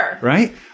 Right